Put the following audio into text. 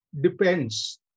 depends